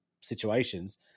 situations